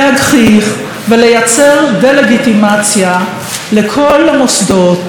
להגחיך ולייצר דה-לגיטימציה לכל המוסדות